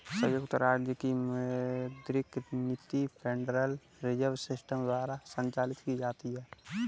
संयुक्त राज्य की मौद्रिक नीति फेडरल रिजर्व सिस्टम द्वारा संचालित की जाती है